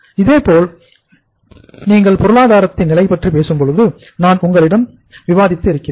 இதேபோல் நீங்கள் பொருளாதாரத்தின் நிலை பற்றி பேசும்போது நான் உங்களுடன் விவாதித்து இருக்கிறேன்